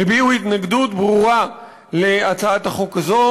הביעו התנגדות ברורה להצעת החוק הזו.